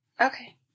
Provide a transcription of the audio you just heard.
Okay